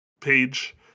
page